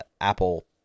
Apple